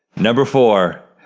number four,